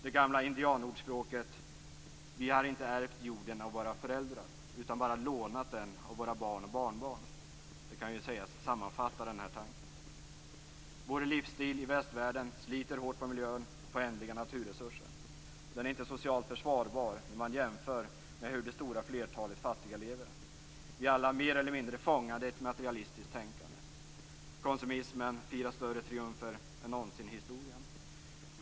Det här gamla indianordspråket kan sägas omfatta denna tanke: Vi har inte ärvt jorden av våra föräldrar utan bara lånat den av våra barn och barnbarn. Vår livsstil i västvärlden sliter hårt på miljön och på ändliga naturresurser. Den är inte socialt försvarbar när man jämför med hur det stora flertalet fattiga lever. Vi är alla mer eller mindre fångade i ett materialistiskt tänkande. Konsumismen firar större triumfer än någonsin i historien.